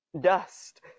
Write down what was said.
dust